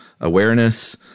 awareness